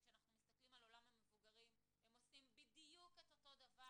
וכשאנחנו מסתכלים על עולם המבוגרים הם עושים בדיוק את אותו הדבר.